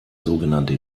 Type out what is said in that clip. sogenannte